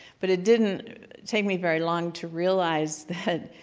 but it didn't take me very long to realize that,